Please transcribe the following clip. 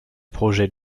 projets